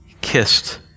kissed